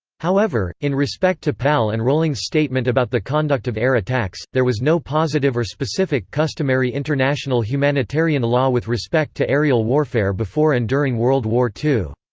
however, in respect to pal and roling's statement about the conduct of air attacks, there was no positive or specific customary international humanitarian law with respect to aerial warfare before and during world war ii.